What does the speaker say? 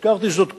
הזכרתי זאת קודם,